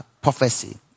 prophecy